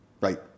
right